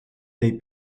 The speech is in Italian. dei